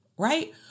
Right